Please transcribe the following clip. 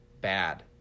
bad